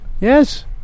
Yes